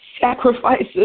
sacrifices